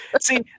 See